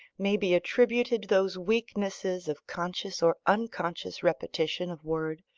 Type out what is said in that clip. may be attributed those weaknesses of conscious or unconscious repetition of word,